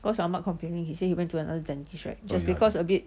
'cause I'm not complaining he say he went to another strike just because a bit